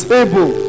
able